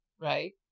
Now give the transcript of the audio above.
right